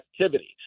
activities